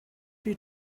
you